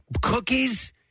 Cookies